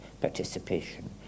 participation